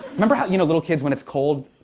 remember how, you know little kids when it's cold,